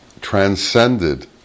transcended